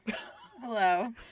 hello